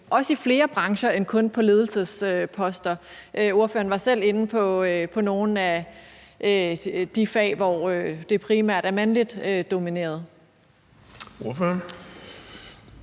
også i flere brancher og ikke kun på ledelsesposter. Ordføreren var selv inde på nogle af de fag, hvor det primært er mandligt domineret. Kl.